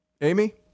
Amy